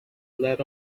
let